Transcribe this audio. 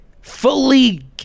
fully